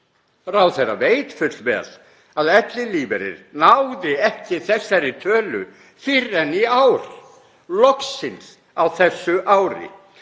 Ráðherra veit fullvel að ellilífeyrir náði ekki þessari tölu fyrr en í ár, loksins á þessu ári.